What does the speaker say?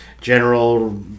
General